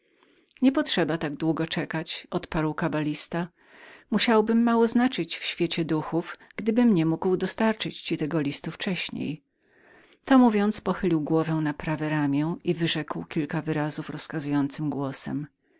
nie potrzeba tak długo czekać odparł kabalista musiałbym mało znaczyć w świecie gieniuszów gdybym nie mógł mieć tego listu wcześniej to mówiąc pochylił głowę na prawe ramię i wyrzekł kilka wyrazów rozkazującym głosem